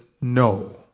No